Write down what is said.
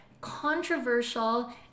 controversial